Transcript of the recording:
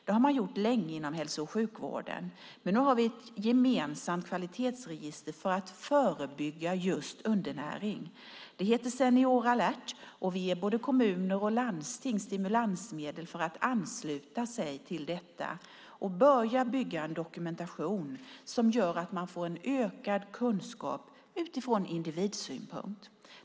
Det har man gjort länge inom hälso och sjukvården. Nu har vi ett gemensamt kvalitetsregister för att förebygga just undernäring. Det heter Senior alert, och vi ger både kommuner och landsting stimulansmedel för att ansluta sig till detta och börja bygga upp en dokumentation som gör att man får en ökad kunskap utifrån individsynpunkt.